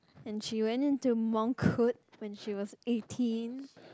and she went into monk court when she was eighteen